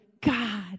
God